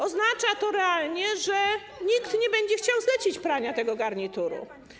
Oznacza to realnie, że nikt nie będzie chciał zlecić prania tego garnituru.